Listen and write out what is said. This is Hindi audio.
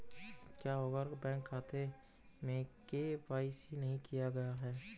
क्या होगा अगर बैंक खाते में के.वाई.सी नहीं किया गया है?